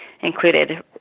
included